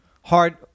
Hard